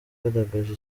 wagaragaje